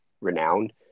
renowned